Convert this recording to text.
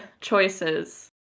choices